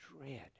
dread